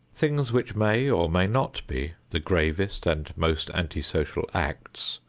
things which may or may not be the gravest and most anti-social acts,